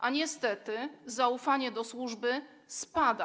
A niestety zaufanie do służby spada.